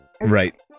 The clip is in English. Right